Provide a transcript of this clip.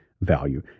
value